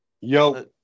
Yo